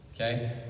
Okay